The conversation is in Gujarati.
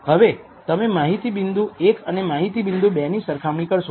હવે તમે માહિતી બિંદુ 1 અને માહિતી બિંદુ 2 ની સરખામણી કરશો